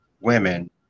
women